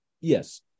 Yes